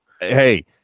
Hey